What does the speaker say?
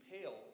pale